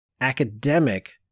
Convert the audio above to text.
academic